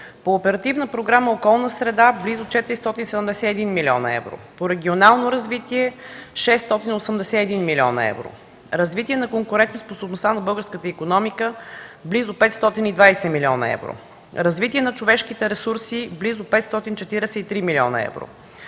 по Оперативна програма „Околна среда” – близо 471 млн. евро; по „Регионално развитие” – 681 млн. евро; по „Развитие на конкурентоспособността на българската икономика” – близо 520 млн. евро; по „Развитие на човешките ресурси” – близо 543 млн. евро;